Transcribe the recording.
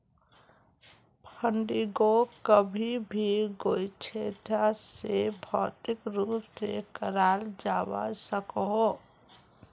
फंडिंगोक कभी भी कोयेंछा से भौतिक रूप से कराल जावा सकोह